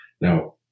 Now